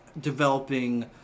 developing